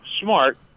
smart